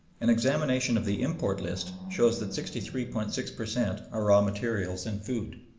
an examination of the import list shows that sixty three point six per cent are raw materials and food.